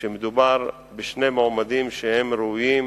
כשמדובר בשני מועמדים ראויים,